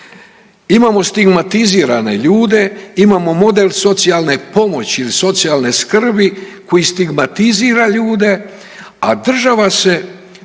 Imamo stigmatizirane ljude, imamo model socijalne pomoći ili socijalne skrbi koji stigmatizira ljude, a država se